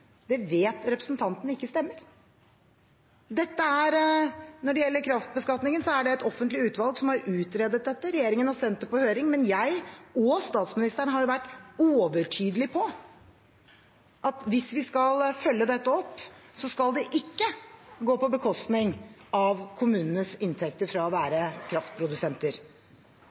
Det vet representanten Vedum ikke stemmer. Når det gjelder kraftbeskatningen, er det et offentlig utvalg som har utredet dette. Regjeringen har sendt det på høring, men jeg og statsministeren har vært overtydelige på at hvis vi skal følge det opp, skal det ikke gå på bekostning av kommunenes inntekter fra å være kraftprodusenter.